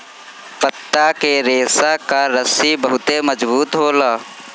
पत्ता के रेशा कअ रस्सी बहुते मजबूत होला